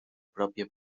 pròpia